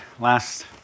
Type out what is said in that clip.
last